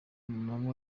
mama